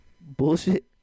bullshit